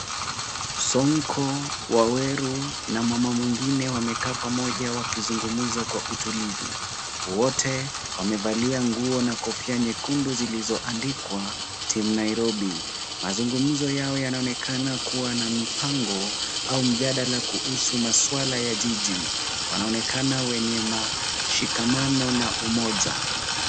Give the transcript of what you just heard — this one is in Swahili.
Sonko, Waweru na mama mwingine wamekaa pamoja wakizungumza kwa utulivu. Wote wamevalia nguo na kofia nyekundu zilizo andikwa team Nairobi. Mazungumzo yao yanaonekana kuwa na mipango au mjadala kuhusu maswala ya jiji. Wanaonekana wenye mashikamano na umoja.